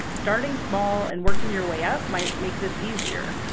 starting small and working your way up might make this easier.